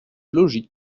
logique